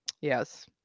Yes